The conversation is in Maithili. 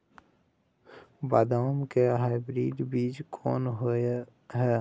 बदाम के हाइब्रिड बीज कोन होय है?